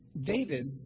David